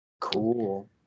Cool